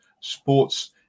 sports